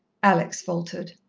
alex faltered.